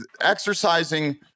exercising